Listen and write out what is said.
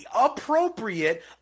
appropriate